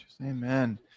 amen